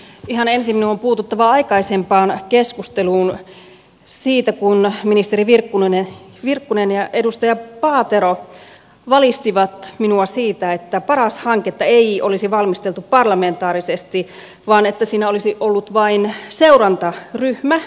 ihan ensin minun on puututtava aikaisempaan keskusteluun siitä kun ministeri virkkunen ja edustaja paatero valistivat minua siitä että paras hanketta ei olisi valmisteltu parlamentaarisesti vaan että siinä olisi ollut vain seurantaryhmä